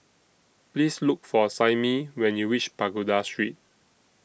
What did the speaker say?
Please Look For Simmie when YOU REACH Pagoda Street